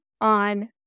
on